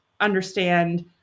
understand